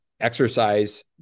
Exercise